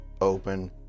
open